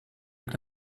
avec